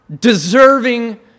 deserving